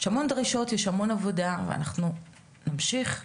יש המון דרישות, המון עבודה, אנחנו נמשיך לעבוד.